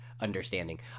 understanding